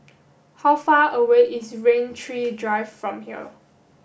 how far away is Rain Tree Drive from here